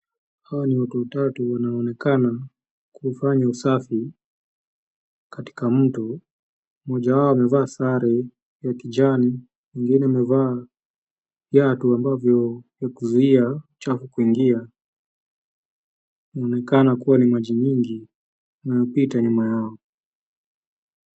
Hawa ni watatu wanaonekana kufanya usafi katika mto. Mmoja wao amevaa sare ya kijani, mwingine amevaa viatu ambavyo ni vya kuzuia chafu kuingia. Inaonekana kuwa ni maji mingi inayopita nyuma yao.